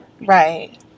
Right